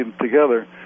together